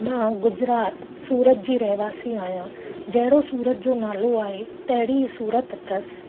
मां गुजरात सूरत जी रहवासी आहियां जहिड़ो सूरत जो नालो आहे तहिड़ी सूरत अथसि